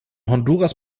honduras